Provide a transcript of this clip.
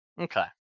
Okay